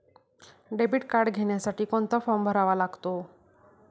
Debit card घेण्यासाठी कोणता form भरावा लागतो?